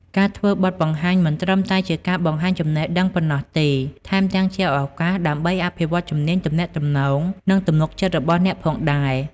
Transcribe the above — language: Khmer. ការធ្វើបទបង្ហាញ មិនត្រឹមតែជាការបង្ហាញចំណេះដឹងប៉ុណ្ណោះទេ ថែមទាំងជាឱកាសដើម្បីអភិវឌ្ឍជំនាញទំនាក់ទំនង និងទំនុកចិត្តរបស់អ្នកផងដែរ។